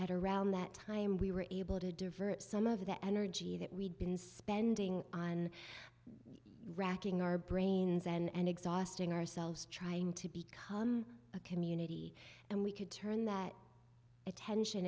at around that time we were able to divert some of the energy that we'd been spending on racking our brains and exhausting ourselves trying to become a community and we could turn that attention